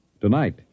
Tonight